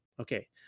okay